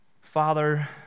Father